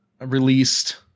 released